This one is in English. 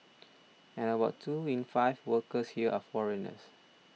and about two in five workers here are foreigners